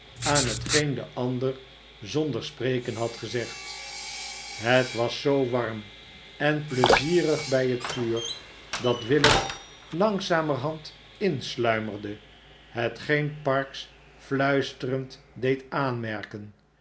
aan hetgeen de ander zonder spreken had gezegd het was zoo warm en pleizierig bij het vuur dat willet langzamerhand insluimerde hetgeen parkes fluisterend deed aanmerken